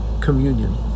communion